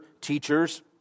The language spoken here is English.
teachers